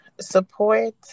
Support